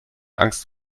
angst